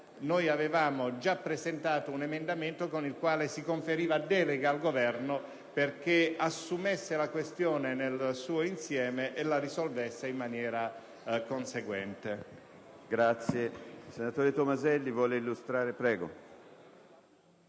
avevamo già presentato un emendamento con il quale si conferiva una delega al Governo affinché assumesse la questione nel suo insieme per risolverla in maniera conseguente.